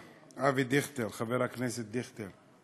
חבר הכנסת אבי דיכטר: